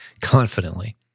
confidently